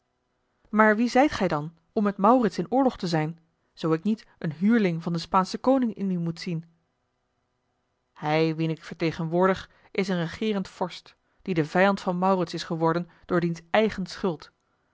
maar wie zijt gij dan om met maurits in oorlog te zijn zoo ik niet een huurling van den spaanschen koning in u moet zien hij wien ik vertegenwoordig is een regeerend vorst die de vijand van maurits is geworden door diens eigen schuld